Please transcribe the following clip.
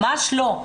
ממש לא.